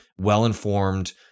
well-informed